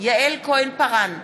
יעל כהן-פארן,